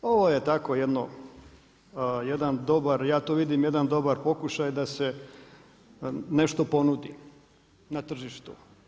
Ovo je tako jedan dobar, ja to vidim jedan dobar pokušaj da se nešto ponudi na tržištu.